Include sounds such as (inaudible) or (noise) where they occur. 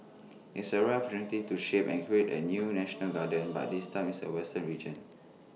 it's A rare opportunity to shape and create A new (noise) national gardens but this time is A western region